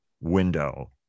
window